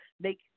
make